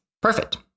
perfect